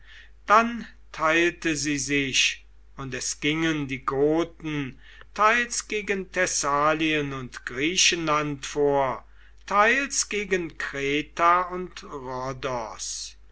dann teilte sie sich und es gingen die goten teils gegen thessalien und griechenland vor teils gegen kreta und